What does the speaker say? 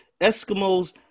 Eskimos